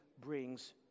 brings